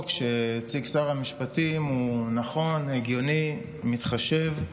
לחוק שהציג שר המשפטים נכון, הגיוני ומתחשב.